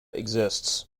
exists